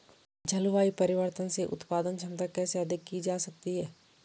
जलवायु परिवर्तन से उत्पादन क्षमता कैसे अधिक की जा सकती है?